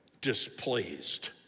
displeased